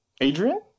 Adrian